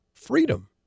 freedom